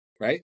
right